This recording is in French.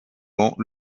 ans